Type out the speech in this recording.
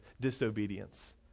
disobedience